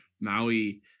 Maui